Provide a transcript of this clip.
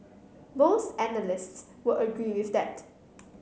most analysts would agree with that